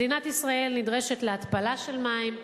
מדינת ישראל נדרשת להתפלה של מים,